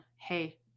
Hey